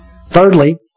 Thirdly